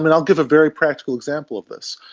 and i'll give a very practical example of this.